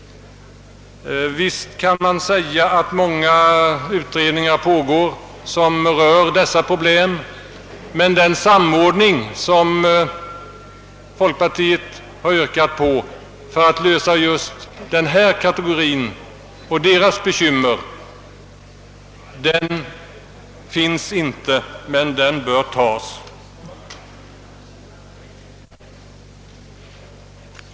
Visst kan man säga att många utredningar pågår vilka rör dessa problem, men den samordning, som folkpartiet har yrkat på för att lösa just denna kategoris bekymmer, finns inte men bör genomföras.